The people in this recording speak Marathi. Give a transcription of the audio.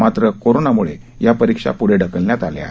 मात्र कोरोनामुळं या परीक्षा प्ढे ढकलण्यात आल्या आहेत